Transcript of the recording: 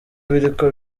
biriko